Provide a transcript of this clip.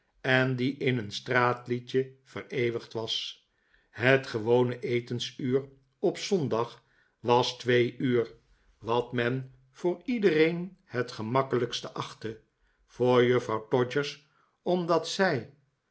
en die in een straatliedje vereeuwigd is het gewone etensuur op zondag was twee uur wat men voor iedereen het gemakkelijkst achtte voor juffrouw todgers omdat zij